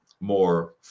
more